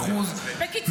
99.9%. בקיצור, אתה לא מגנה.